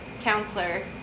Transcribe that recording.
counselor